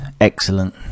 Excellent